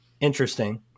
interesting